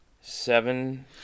seven